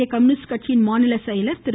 இந்திய கம்யூனிஸ்ட் கட்சியின் மாநில செயலர் திரு